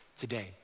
today